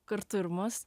kartu ir mus